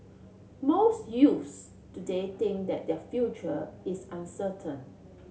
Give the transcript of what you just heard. most youths today think that their future is uncertain